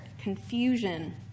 confusion